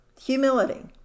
Humility